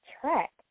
track